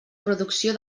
producció